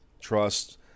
trust